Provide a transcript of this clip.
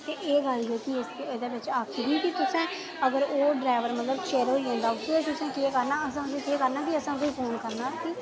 ते एह् गल्ल एह्दे बिच आक्खी दी कि तुसें अगर ओह् ड्राइवर चिर होई जंदा उस तुसें केह् करना असें केह् करना कि इक फोन